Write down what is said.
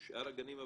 שאר הגנים,